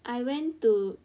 I went to